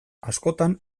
askotan